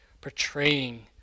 portraying